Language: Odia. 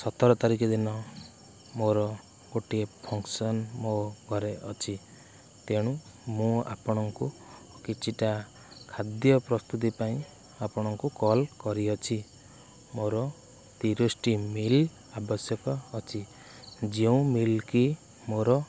ସତର ତାରିଖ ଦିନ ମୋର ଗୋଟିଏ ଫଙ୍କ୍ସନ୍ ମୋ ଘରେ ଅଛି ତେଣୁ ମୁଁ ଆପଣଙ୍କୁ କିଛିଟା ଖାଦ୍ୟ ପ୍ରସ୍ତୁତି ପାଇଁ ଆପଣଙ୍କୁ କଲ୍ କରିଅଛି ମୋର ତିରିଶଟି ମିଲ୍ ଆବଶ୍ୟକ ଅଛି ଯେଉଁ ମିଲ୍କି ମୋର